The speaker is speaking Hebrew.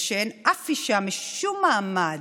ושאין אף אישה, משום מעמד,